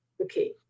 Okay